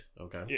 Okay